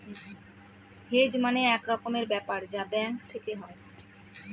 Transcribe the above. hedge মানে এক রকমের ব্যাপার যা ব্যাঙ্ক থেকে হয়